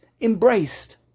embraced